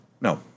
No